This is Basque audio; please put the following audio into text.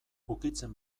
ukitzen